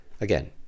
Again